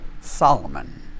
Solomon